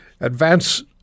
advance